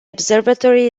observatory